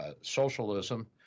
socialism